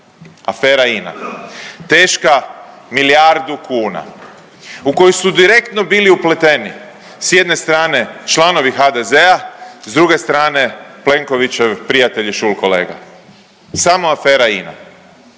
afera INA teška milijardu kuna u koju su direktno bili upleteni sa jedne strane članovi HDZ-a, sa druge strane Plenkovićev prijatelj i schulkolega, samo afera INA.